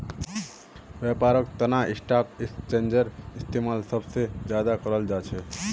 व्यापारेर तना स्टाक एक्स्चेंजेर इस्तेमाल सब स ज्यादा कराल जा छेक